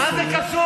מה זה קשור?